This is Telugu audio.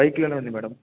బైక్లోనే ఉంది మేడం